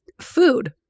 food